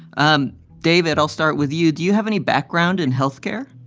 um david, i'll start with you. do you have any background in health care?